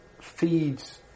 feeds